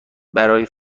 برای